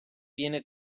viene